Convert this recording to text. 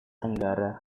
tenggara